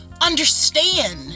understand